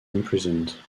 imprisoned